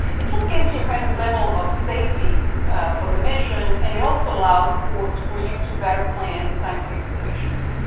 it just gives you kind of level of safety for the mission, and it also allows for for you to better plan the scientific observations.